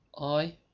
I